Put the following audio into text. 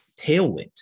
tailwind